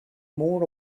more